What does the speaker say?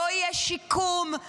לא יהיה שיקום,